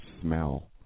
smell